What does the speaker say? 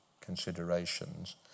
considerations